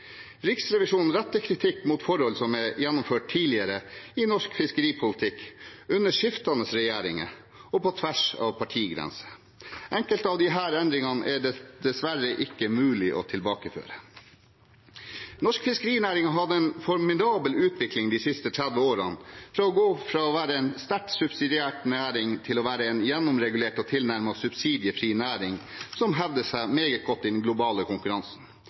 Riksrevisjonen retter kritikk mot forhold som er gjennomført tidligere i norsk fiskeripolitikk under skiftende regjeringer og på tvers av partigrensene. Enkelte av disse endringene er det dessverre ikke mulig å tilbakeføre. Norsk fiskerinæring har hatt en formidabel utvikling de siste 30 årene, fra å gå fra å være en sterkt subsidiert næring til å være en gjennomregulert og tilnærmet subsidiefri næring som hevder seg meget godt i den globale konkurransen.